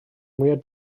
mwyaf